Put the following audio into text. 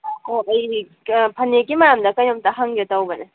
ꯑꯣ ꯑꯩ ꯐꯅꯦꯛꯀꯤ ꯃꯔꯝꯗ ꯀꯩꯅꯣꯝꯇ ꯍꯪꯒꯦ ꯇꯧꯕꯅꯦ